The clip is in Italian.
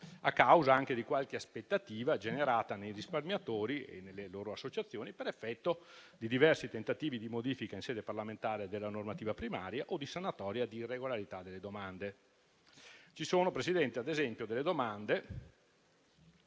a causa anche di qualche aspettativa generata nei risparmiatori e nelle loro associazioni per effetto di diversi tentativi di modifica in sede parlamentare della normativa primaria o di sanatoria di irregolarità delle domande. Ci sono ad esempio delle domande